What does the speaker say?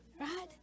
right